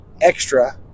extra